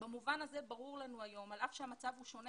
במובן הזה ברור לנו היום על אף שהמצב הוא שונה